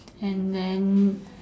and then